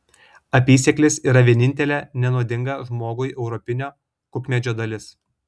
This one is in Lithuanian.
apysėklis yra vienintelė nenuodinga žmogui europinio kukmedžio dalis